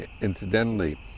Incidentally